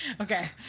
Okay